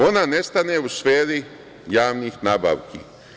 Ona nestane u sferi javnih nabavki.